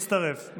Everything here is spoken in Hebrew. מצטרף.